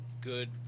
good